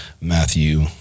Matthew